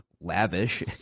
lavish